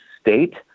state